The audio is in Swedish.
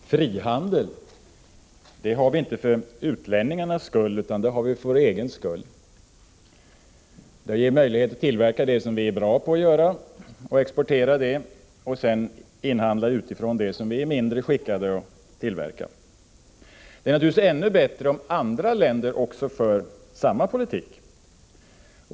Herr talman! Frihandel har vi inte för utlänningarnas skull, utan det har vi för vår egen skull. Den ger möjlighet att tillverka det som vi är bra på att göra och exportera det och sedan inhandla utifrån det som vi är mindre skickade att tillverka. Det är naturligtvis ännu bättre om andra länder för samma politik.